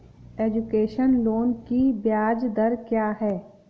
Education loan की ब्याज दर क्या है?